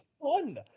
fun